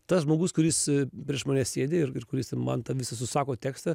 tas žmogus kuris prieš mane sėdi ir ir kuris ten man tą visą susako tekstą